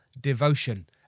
devotion